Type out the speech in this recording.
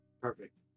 Perfect